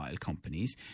companies